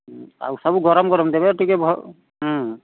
ଆଉ ସବୁ ଗରମ ଗରମ ଦେବେ ଟିକେ ଭଲ ହୁଁ